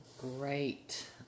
Great